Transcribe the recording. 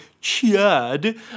chad